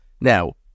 Now